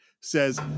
says